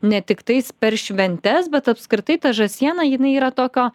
ne tiktais per šventes bet apskritai ta žąsiena jinai yra tokio